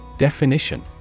Definition